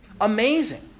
Amazing